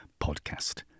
Podcast